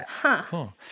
cool